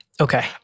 Okay